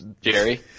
Jerry